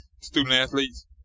student-athletes